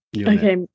Okay